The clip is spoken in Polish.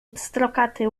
pstrokaty